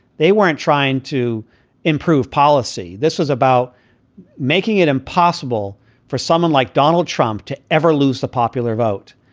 they weren't trying to improve policy. this was about making it impossible for someone like donald trump to ever lose the popular vote.